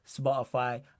Spotify